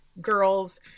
girls